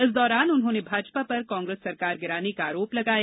इस दौरान उन्होंने भाजपा पर कांग्रेस सरकार गिराने का आरोप लगाया